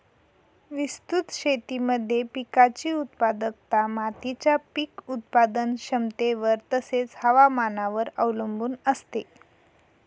विस्तृत शेतीमध्ये पिकाची उत्पादकता मातीच्या पीक उत्पादन क्षमतेवर तसेच, हवामानावर अवलंबून असते